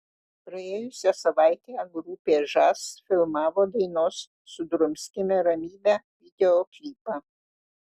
praėjusią savaitę grupė žas filmavo dainos sudrumskime ramybę videoklipą